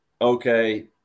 okay